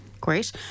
great